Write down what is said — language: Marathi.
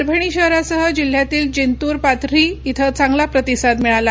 परभणी शहरासह जिल्ह्यातील जिंतूर पाथरी ॐ चांगला प्रतिसाद मिळला